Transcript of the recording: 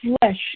flesh